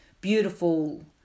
beautiful